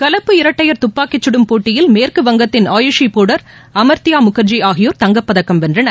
கலப்பு இரட்டையர் துப்பாக்கிச்சுடும் போட்டியில் மேற்குவங்கத்தின் ஆயுஷி பாடர் அமர்த்தியா முகர்ஜி ஆகியோர் தங்கப்பதக்கம் வென்றனர்